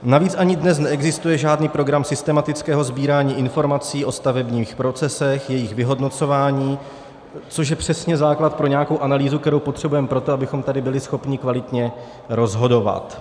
Navíc ani dnes neexistuje žádný program systematického sbírání informací o stavebních procesech, jejich vyhodnocování, což je přesně základ pro nějakou analýzu, kterou potřebujeme proto, abychom tady byli schopni kvalitně rozhodovat.